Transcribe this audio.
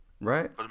Right